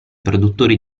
produttori